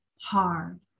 hard